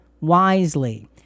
wisely